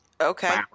Okay